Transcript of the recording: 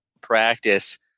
practice